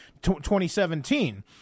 2017